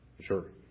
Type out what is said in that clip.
sure